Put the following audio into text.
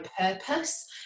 purpose